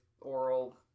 oral